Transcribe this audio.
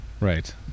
Right